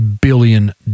billion